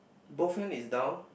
both hand is down